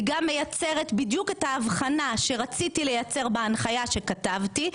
היא גם מייצרת בדיוק את ההבחנה שרציתי לייצר בהנחיה שכתבתי,